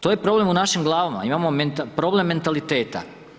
To je problem u našim glavama, imamo problem mentaliteta.